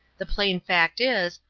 the plain fact is,